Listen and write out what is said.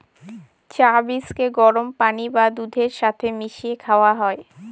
চা বীজকে গরম পানি বা দুধের সাথে মিশিয়ে খাওয়া হয়